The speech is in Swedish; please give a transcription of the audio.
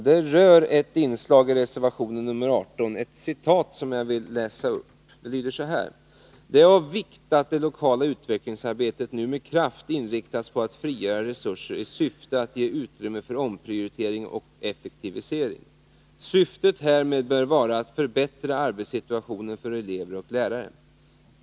Den rör ett inslag i reservation 18 som jag vill läsa upp: ”Det är av vikt att det lokala utvecklingsarbetet nu med kraft inriktas på att frigöra resurser i syfte att ge utrymme för omprioritering och effektivisering. Syftet härmed bör vara att förbättra arbetssituationen för elever och lärare.